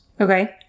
Okay